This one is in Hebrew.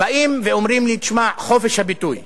באים ואומרים לי, שמע, חופש הביטוי.